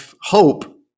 hope